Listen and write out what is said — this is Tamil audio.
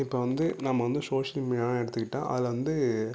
இப்போ வந்து நம்ம வந்து சோஷியல் மீடியான்னு எடுத்துக்கிட்டால் அதை வந்து